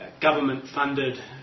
government-funded